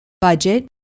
budget